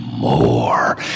more